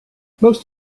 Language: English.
most